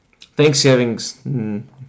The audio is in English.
Thanksgivings